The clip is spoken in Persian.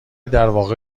درواقع